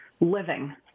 living